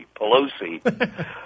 Pelosi